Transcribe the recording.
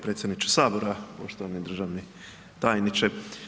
Predsjedniče Sabora, poštovani državni tajniče.